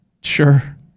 Sure